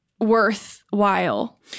worthwhile